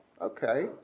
okay